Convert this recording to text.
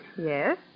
Yes